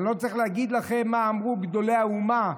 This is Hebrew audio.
אני לא צריך להגיד לכם מה אמרו גדולי האומה,